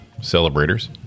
celebrators